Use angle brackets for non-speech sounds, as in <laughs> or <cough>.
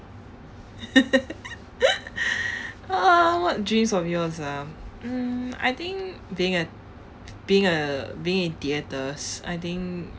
<laughs> ah what dreams of yours ah mm I think being a being a being in theaters I think